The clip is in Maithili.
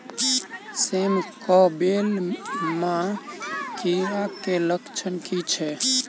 सेम कऽ बेल म कीड़ा केँ लक्षण की छै?